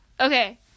Okay